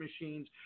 machines